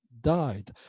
died